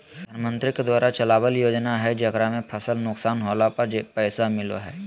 प्रधानमंत्री के द्वारा चलावल योजना हइ जेकरा में फसल नुकसान होला पर पैसा मिलो हइ